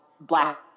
black